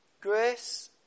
Grace